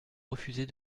refusez